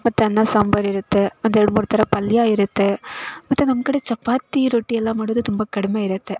ಮತ್ತು ಅನ್ನ ಸಾಂಬಾರು ಇರುತ್ತೆ ಒಂದು ಎರಡು ಮೂರು ಥರ ಪಲ್ಯ ಇರುತ್ತೆ ಮತ್ತು ನಮ್ಮ ಕಡೆ ಚಪಾತಿ ರೊಟ್ಟಿ ಎಲ್ಲ ಮಾಡೋದು ತುಂಬ ಕಡಿಮೆ ಇರುತ್ತೆ